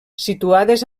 situades